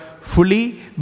fully